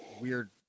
weird